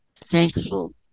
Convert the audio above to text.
Thankful